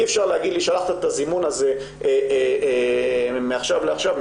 אי אפשר להגיד לי ששלחתי את הזימון הזה מעכשיו לעכשיו,